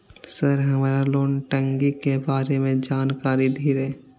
Sir हमरा loan टंगी के बारे में जान कारी धीरे?